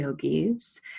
yogis